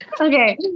Okay